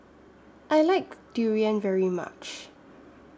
I like Durian very much